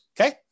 okay